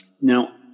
Now